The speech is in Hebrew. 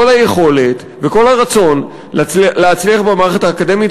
כל היכולת וכל הרצון להצליח במערכת האקדמית,